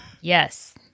yes